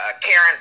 Karen